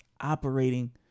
operating